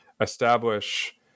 establish